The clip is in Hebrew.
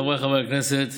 חבריי חברי הכנסת,